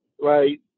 right